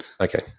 Okay